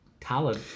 talent